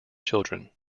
children